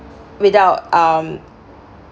without um